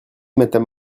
madame